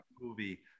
movie